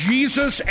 Jesus